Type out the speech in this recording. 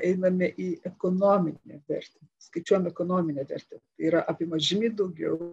einame į ekonominę vertę skaičiuojam ekonominę vertę yra apima žymiai daugiau